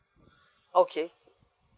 okay